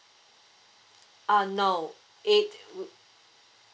uh no it